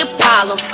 Apollo